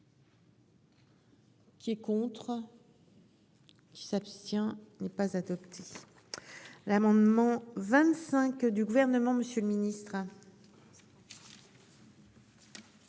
Qui est contre. Qui s'abstient. N'est pas adopté. L'amendement 25 du gouvernement, Monsieur le Ministre.